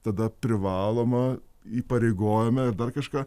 tada privaloma įpareigojome ar dar kažką